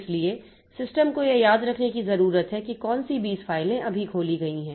इसलिए सिस्टम को यह याद रखने की जरूरत है कि कौन सी 20 फाइलें अभी खोली गई हैं